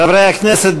חברי הכנסת,